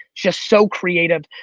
just so creative.